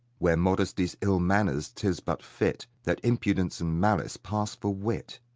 where modesty's ill manners, tis but fit that impudence and malice pass for wit.